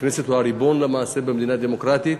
והכנסת היא הריבון, למעשה, במדינה דמוקרטית,